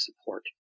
support